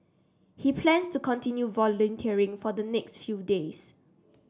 he plans to continue volunteering for the next few days